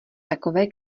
takové